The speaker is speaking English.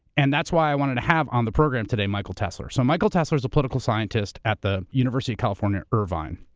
and that's why i wanted to have, on the program today, michael tesler. so michael tesler's a political scientist at the university of california irvine.